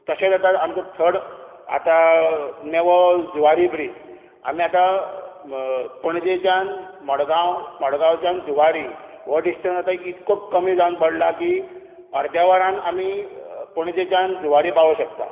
तशेंच आतां आमकां थर्ड आतां नेवो जुवारी ब्रिज आमी आतां पणजेच्यान मडगांव मडगांवच्यान जुवारी हो डिस्टन्स आतां इतको कमी जावन पडला की अर्द्या वरांत आमी पणजेच्यान जुवारी पावोंक शकता